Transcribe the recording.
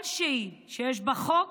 כלשהי, שיש בה חוק